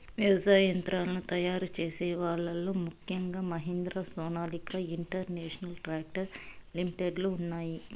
వ్యవసాయ యంత్రాలను తయారు చేసే వాళ్ళ లో ముఖ్యంగా Mahindra, Sonalika international tractor limited లు ఉన్నాయి